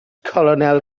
colonel